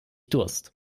durst